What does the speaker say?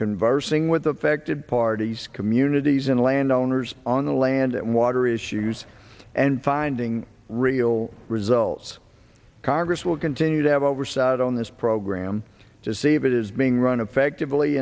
conversing with affected parties communities and landowners on the land and water issues and finding real results congress will continue to have oversight on this program to save it is being run effectively